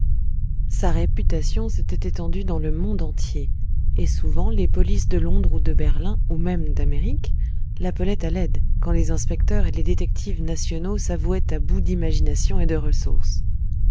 sa réputation s'était étendue dans le monde entier et souvent les polices de londres ou de berlin ou même d'amérique l'appelaient à l'aide quand les inspecteurs et les détectives nationaux s'avouaient à bout d'imagination et de ressources